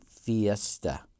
Fiesta